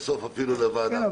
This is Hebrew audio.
בסוף אפילו --- כן,